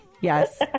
yes